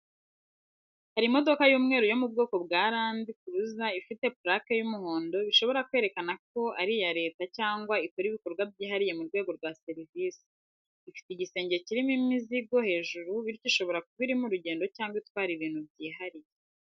Hari imodoka y’umweru yo mu bwoko bwa randi kuruza ifite plaque y’umuhondo bishobora kwerekana ko ari iya Leta cyangwa ikora ibikorwa byihariye mu rwego rwa serivisi. Ifite igisenge cyirimo imizigo hejuru bityo ishobora kuba iri mu rugendo cyangwa itwara ibintu byihariye.